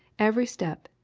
every step,